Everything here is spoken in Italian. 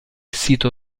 sito